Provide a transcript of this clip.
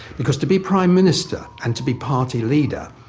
because to be prime minister, and to be party leader,